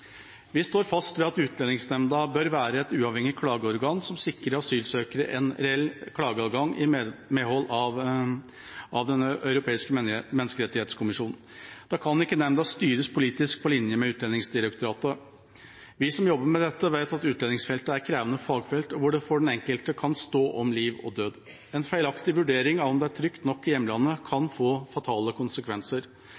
Vi står fast ved at Utlendingsnemnda bør være et uavhengig klageorgan som sikrer asylsøkere en reell klageadgang, i medhold av Den europeiske menneskerettskonvensjon. Da kan ikke nemnda styres politisk på linje med Utlendingsdirektoratet. Vi som jobber med dette, vet at utlendingsfeltet er et krevende fagfelt, hvor det for den enkelte kan stå om liv og død. En feilaktig vurdering av om det er trygt nok i hjemlandet, kan